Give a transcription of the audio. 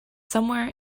somewhere